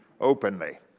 openly